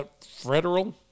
Federal